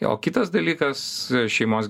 jo kitas dalykas šeimos